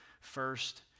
first